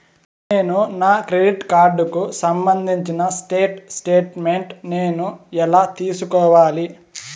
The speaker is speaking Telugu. నేను నా క్రెడిట్ కార్డుకు సంబంధించిన స్టేట్ స్టేట్మెంట్ నేను ఎలా తీసుకోవాలి?